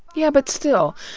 yeah but still,